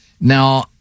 Now